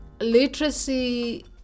Literacy